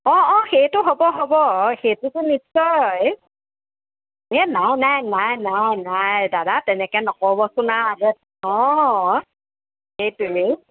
অঁ অঁ সেইটো হ'ব হ'ব সেইটোতো নিশ্চয় এই নাই নাই নাই নাই নাই দাদা তেনেকৈ নক'বচোন আৰু অঁ সেইটোৱেই